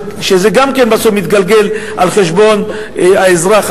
וגם זה בסוף מתגלגל על חשבון האזרח,